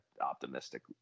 optimistic